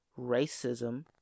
racism